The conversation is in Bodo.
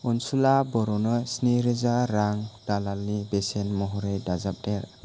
अनसुला बर'नो स्निरोजा रां दालालनि बेसेन महरै दाजाबदेर